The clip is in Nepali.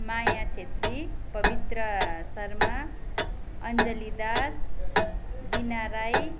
माया छेत्री पवित्र शर्मा अन्जली दास बिना राई